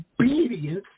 obedience